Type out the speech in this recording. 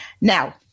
now